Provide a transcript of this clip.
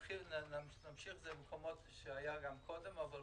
נמשיך את זה במקומות שהיה גם קודם, אבל